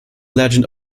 legend